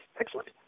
Excellent